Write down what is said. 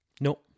No